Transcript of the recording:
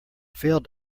failed